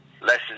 Lessons